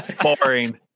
Boring